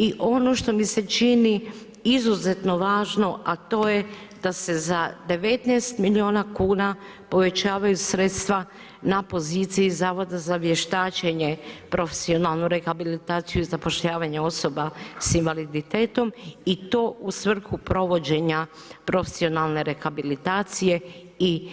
I ono što mi se čini izuzetno važno, a to je da se za 19 milijuna kuna povećavaju sredstva na poziciji Zavoda za vještačenje i profesionalnu rehabilitaciju i zapošljavanje osoba s invaliditetom i to u svrhu provođenja profesionalne rehabilitacije i